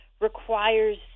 requires